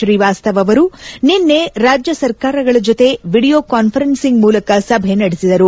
ಶ್ರೀವಾಸ್ತವ ಅವರು ನಿನ್ನೆ ರಾಜ್ಯ ಸರ್ಕಾರಗಳ ಜೊತೆ ವಿಡಿಯೋ ಕಾಸ್ಫರೆನ್ಸಿಂಗ್ ಮೂಲಕ ಸಭೆ ನಡೆಸಿದರು